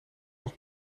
nog